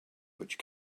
which